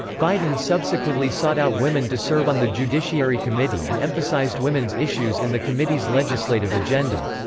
biden subsequently sought out women to serve on the judiciary committee and emphasized women's issues in the committee's legislative agenda.